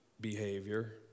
behavior